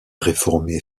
réformés